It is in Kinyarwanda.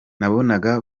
nabonaga